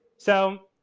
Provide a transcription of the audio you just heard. so,